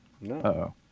No